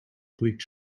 bleak